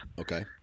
okay